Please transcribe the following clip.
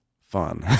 fun